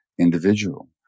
Individual